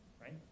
right